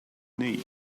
knee